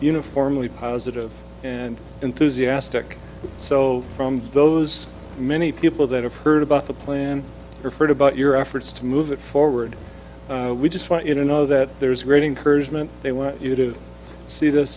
uniformly positive and enthusiastic so from those many people that have heard about the plan referred about your efforts to move it forward we just want you to know that there is great encouragement they want you to see this